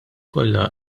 kollha